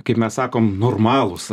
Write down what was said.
kaip mes sakom normalūs